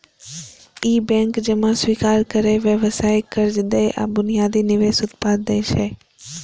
ई bank जमा स्वीकार करै, व्यावसायिक कर्ज दै आ बुनियादी निवेश उत्पाद दै छै